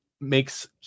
makes